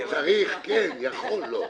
צריך כן, יכול לא...